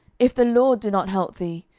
if the lord do not help thee,